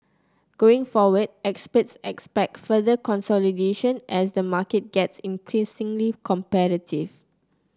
going forward experts expect further consolidation as the market gets increasingly competitive